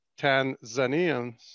Tanzanians